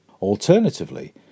Alternatively